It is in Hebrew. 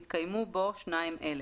התקיימו בו שניים אלה: